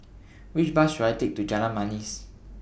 Which Bus should I Take to Jalan Manis